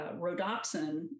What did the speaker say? rhodopsin